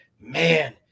man